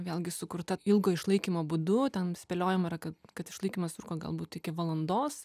vėlgi sukurta ilgo išlaikymo būdu ten spėliojama yra kad išlaikymas truko galbūt iki valandos